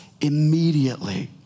immediately